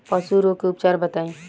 पशु रोग के उपचार बताई?